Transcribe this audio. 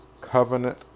covenant